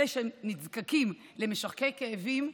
אלה שנזקקים למשככי כאבים,